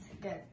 good